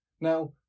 Now